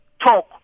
talk